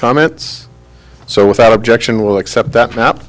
comments so without objection will accept that perhaps